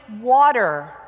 water